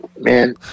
man